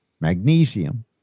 magnesium